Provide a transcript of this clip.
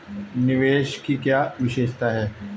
निवेश की क्या विशेषता है?